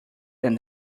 than